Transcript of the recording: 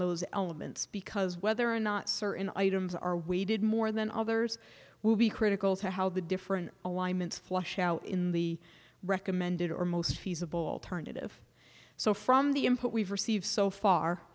those elements because whether or not certain items are waited more than others will be critical to how the different alignments flush out in the recommended or most feasible alternative so from the input we've received so far